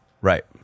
Right